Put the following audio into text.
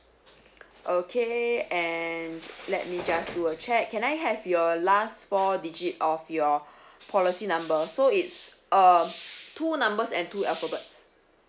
okay and let me just do a check can I have your last four digit of your policy number so it's uh two numbers and two alphabets